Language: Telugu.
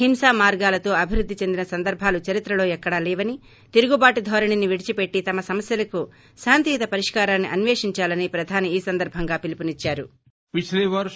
హింసా మార్గాలతో అభివృద్ది చెందిన సందర్బాలు చరిత్రలో ఎక్కడా లేవని తిరుగుబాటు ధోరణిని విడిచిపెట్టి తమ సమస్యలకు శాంతియుత పరిష్కారాన్ని అస్వేషించాలని ప్రధాని ఈ సందర్భంగా పిలుపునిచ్చారు